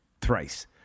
thrice